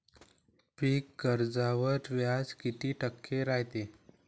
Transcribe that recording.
पीक कर्जावर व्याज किती टक्के रायते?